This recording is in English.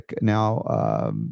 now –